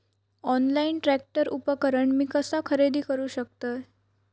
Online tractor उपकरण मी कसा खरेदी करू शकतय?